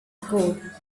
code